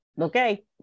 Okay